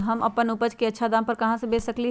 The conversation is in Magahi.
हम अपन उपज अच्छा दाम पर कहाँ बेच सकीले ह?